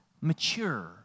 mature